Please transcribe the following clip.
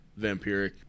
vampiric